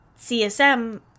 CSM